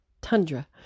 tundra